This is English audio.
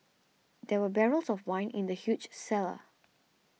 there were barrels of wine in the huge cellar